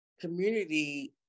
community